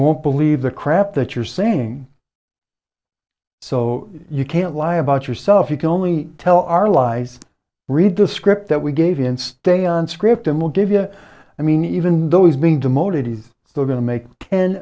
won't believe the crap that you're saying so you can't lie about yourself you can only tell our lies read the script that we gave in stay on script and we'll give you a i mean even though he's been demoted he's still going to make ten